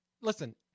listen